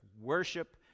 Worship